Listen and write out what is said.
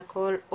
אלכוהול,